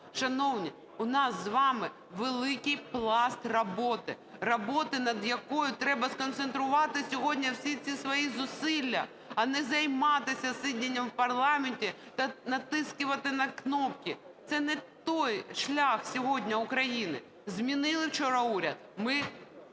Шановні, у нас з вами великий пласт роботи – роботи, над якою треба сконцентрувати сьогодні всі ці свої зусилля, а не займатися сидінням у парламенті та натискувати на кнопки. Це не той шлях сьогодні України. Змінили вчора уряд, ми